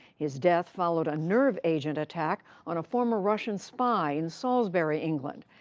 his death followed a nerve agent attack on a former russian spy in salisbury, england.